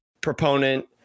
proponent